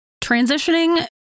Transitioning